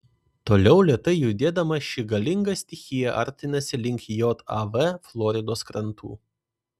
toliau lėtai judėdama ši galinga stichija artinasi link jav floridos krantų